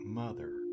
mother